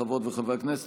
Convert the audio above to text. חברות וחברי הכנסת,